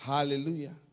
Hallelujah